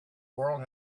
world